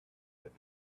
with